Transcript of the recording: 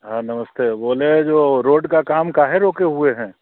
हाँ नमस्ते बोले हैं जो रोड का काम काहे रोके हुए हैं